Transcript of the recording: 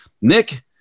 Nick